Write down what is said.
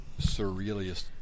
surrealist